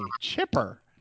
Chipper